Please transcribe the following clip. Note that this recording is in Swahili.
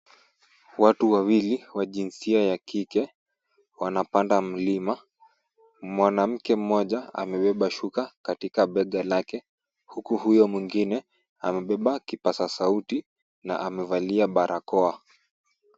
Watu wawili wa jinsia ya kike wanapanda mlima. Mwanamke mmoja amebeba shuka katika bega lake huku huyo mwingine akibeba kipaza sauti na amevalia barakoa.